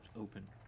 open